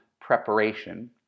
preparation